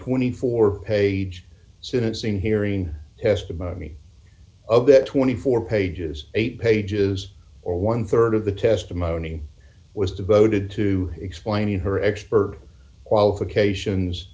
twenty four page sentencing hearing testimony of that twenty four pages eight pages or one rd of the testimony was devoted to explaining her expert qualifications